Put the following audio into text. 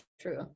true